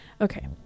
Okay